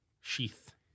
sheath